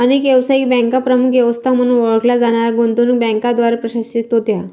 अनेक व्यावसायिक बँका प्रमुख व्यवस्था म्हणून ओळखल्या जाणाऱ्या गुंतवणूक बँकांद्वारे प्रशासित होत्या